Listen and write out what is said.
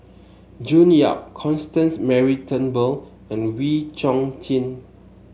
June Yap Constance Mary Turnbull and Wee Chong Jin